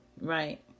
Right